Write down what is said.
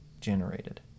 generated